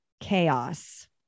chaos